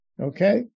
okay